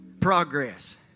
progress